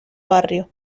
barrio